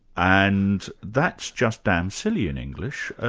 and that's just damn silly in english.